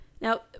Now